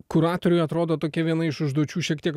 kuratoriui atrodo tokia viena iš užduočių šiek tiek